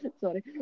sorry